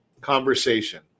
conversation